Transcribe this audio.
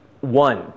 one